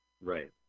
Right